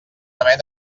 haver